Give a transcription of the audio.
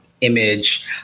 image